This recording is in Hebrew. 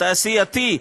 התעשייתי,